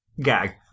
gag